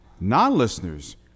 Non-listeners